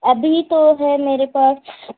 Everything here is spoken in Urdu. ابھی تو ہے میرے پاس